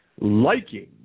liking